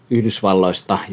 Yhdysvalloista